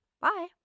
Bye